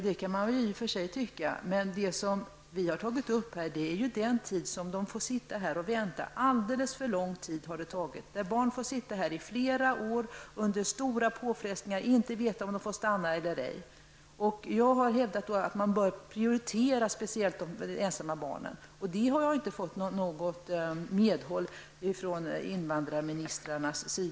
Det kan man i och för sig tycka, men det problem som vi här har tagit upp är att de får vänta alldeles för lång tid. Barn vistas här under flera år under stora påfrestningar och får inte veta om de får stanna eller ej. Jag har hävdat att speciellt de ensamma barnen bör prioriteras. Där har jag inte fått något medhåll från invandrarministrarna.